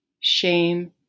shame